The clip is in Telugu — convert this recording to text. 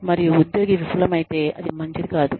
మరియు ఉద్యోగి విఫలమైతే అది మంచిది కాదు